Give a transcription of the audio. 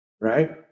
right